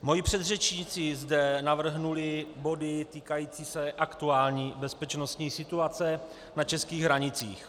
Moji předřečníci zde navrhli body týkající se aktuální bezpečnostní situace na českých hranicích.